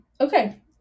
Okay